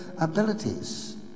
abilities